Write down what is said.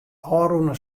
ôfrûne